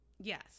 Yes